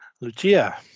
Lucia